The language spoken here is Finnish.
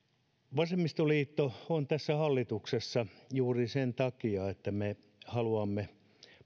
vasemmistoliitto on tässä hallituksessa juuri sen takia että me haluamme